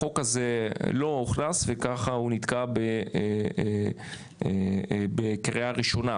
החוק הזה לא הוכנס וככה הוא נתקע בקריאה ראשונה,